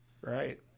right